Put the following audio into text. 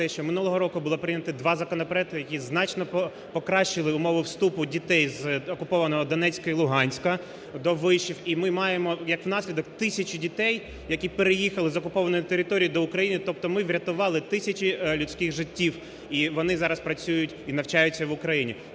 минулого року було прийнято два законопроекти, які значно покращили умови вступу дітей з окупованого Донецька і Луганська до вишів. І маємо як наслідок тисячі дітей, які переїхали з окупованої території до України. Тобто ми врятували тисячі людських життів, і вони зараз працюють і навчаються в Україні.